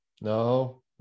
No